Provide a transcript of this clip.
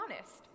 honest